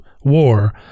war